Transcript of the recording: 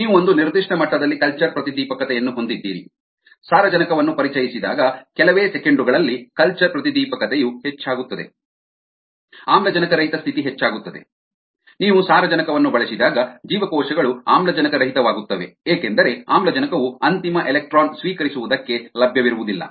ನೀವು ಒಂದು ನಿರ್ದಿಷ್ಟ ಮಟ್ಟದಲ್ಲಿ ಕಲ್ಚರ್ ಪ್ರತಿದೀಪಕತೆಯನ್ನು ಹೊಂದಿದ್ದೀರಿ ಸಾರಜನಕವನ್ನು ಪರಿಚಯಿಸಿದಾಗ ಕೆಲವೇ ಸೆಕೆಂಡುಗಳಲ್ಲಿ ಕಲ್ಚರ್ ಪ್ರತಿದೀಪಕತೆಯು ಹೆಚ್ಚಾಗುತ್ತದೆ ಆಮ್ಲಜನಕರಹಿತ ಸ್ಥಿತಿ ಹೆಚ್ಚಾಗುತ್ತದೆ ನೀವು ಸಾರಜನಕವನ್ನು ಬಳಸಿದಾಗ ಜೀವಕೋಶಗಳು ಆಮ್ಲಜನಕರಹಿತವಾಗುತ್ತವೆ ಏಕೆಂದರೆ ಆಮ್ಲಜನಕವು ಅಂತಿಮ ಎಲೆಕ್ಟ್ರಾನ್ ಸ್ವೀಕರಿಸುವುದಕ್ಕೆ ಲಭ್ಯವಿರುವುದಿಲ್ಲ